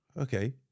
okay